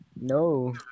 No